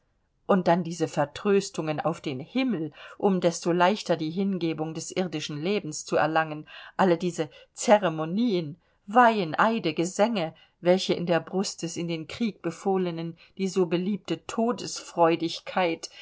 und dann diese vertröstungen auf den himmel um desto leichter die hingebung des irdischen lebens zu erlangen alle diese ceremonien weihen eide gesänge welche in der brust des in den krieg befohlenen die so beliebte